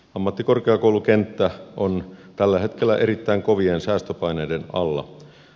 ammattikorkeakoulukenttä on tällä hetkellä erittäin kovien säästöpaineiden alla